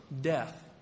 Death